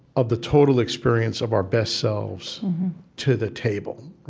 of the total experience of our best selves to the table.